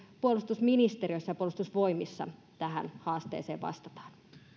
puolustusministeriössä ja puolustusvoimissa tähän haasteeseen vastataan